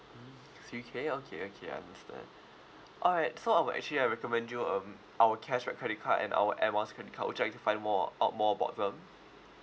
mm so you okay okay okay understand alright so I will actually uh recommend you um our cashback credit card and our air miles credit card would you like to find more out more about them